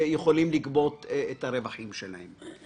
יכולים לגבות את הרווחים שלהם.